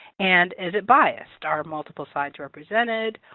and is it biased? are multiple sides represented?